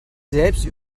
selbst